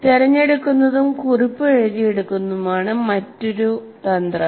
തിരഞ്ഞെടുക്കുന്നതും കുറിപ്പ് എഴുതി എടുക്കുന്നതുമാണ് മറ്റൊരു തന്ത്രം